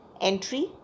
entry